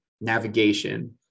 navigation